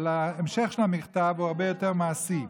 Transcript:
אבל ההמשך של המכתב הוא הרבה יותר מעשי: